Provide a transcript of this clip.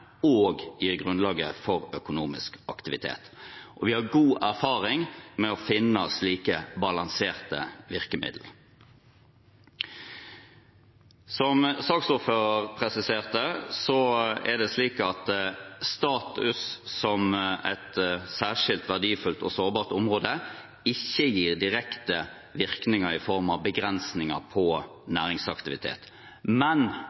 og gir grunnlaget for økonomisk aktivitet. Vi har god erfaring med å finne slike balanserte virkemidler. Som saksordføreren presiserte, er det slik at status som et særskilt verdifullt og sårbart område ikke gir direkte virkninger i form av begrensninger på næringsaktivitet, men